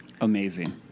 amazing